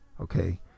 Okay